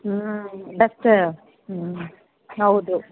ಹ್ಞೂ ಬಸ್ಸ ಹ್ಞೂ ಹೌದು